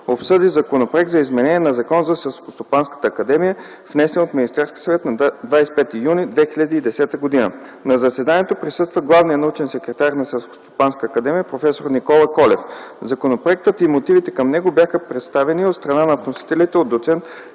обсъди Законопроект за изменение на Закона за Селскостопанската академия № 002-01-56, внесен от Министерския съвет на 25 юни 2010 г. На заседанието присъства главният научен секретар на Селскостопанската академия проф. Никола Колев. Законопроектът и мотивите към него бяха представен от страна на вносителите от доц.